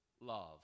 love